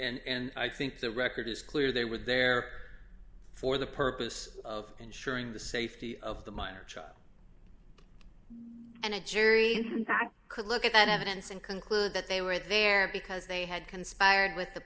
and i think the record is clear they were there for the purpose of ensuring the safety of the minor child and a jury that could look at that evidence and conclude that they were there because they had conspired with the